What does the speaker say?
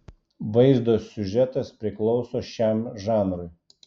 vaizdo siužetas priklauso šiam žanrui